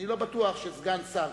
אני לא בטוח שסגן שר,